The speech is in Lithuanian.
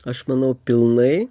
aš manau pilnai